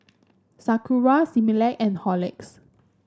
Sakura Similac and Horlicks